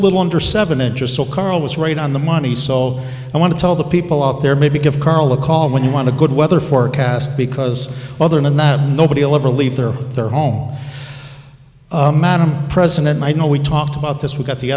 little under seven inches so carl was right on the money so i want to tell the people out there maybe give carl a call when you want to good weather forecast because other than that nobody will ever leave their their home madame president might know we talked about this we've got the